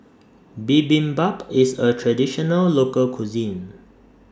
Bibimbap IS A Traditional Local Cuisine